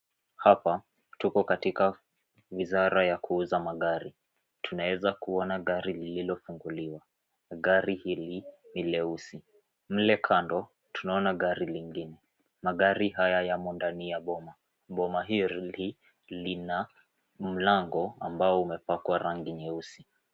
Hapa, tuko katika wizara ya kuuza magari. Tunaweza kuona gari lililofunguliwa. Gari hili ni leusi. Mle kando ,tunaona gari lingine. Magari haya yamo ndani ya boma. Boma hili lina mlango ambao umepakwa rangi nyeusi.